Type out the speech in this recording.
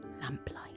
lamplight